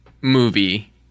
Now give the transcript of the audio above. movie